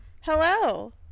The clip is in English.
Hello